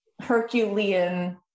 Herculean